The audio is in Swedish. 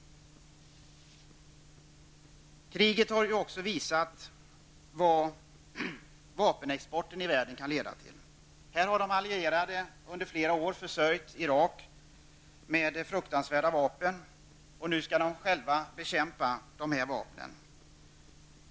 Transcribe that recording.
Kriget har ju också visat vad vapenexporten i världen kan leda till. De allierade har under flera år försörjt Irak med fruktansvärda vapen, och nu skall de själva bekämpa dessa vapen.